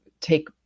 take